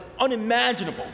unimaginable